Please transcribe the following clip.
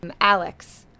Alex